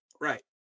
right